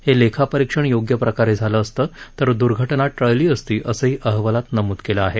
हे लेखापरीक्षण योग्य प्रकारे झालं असतं तर दुर्घटना टाळता आली असती असंही अहवालात नमूद केलं आहे